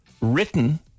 Written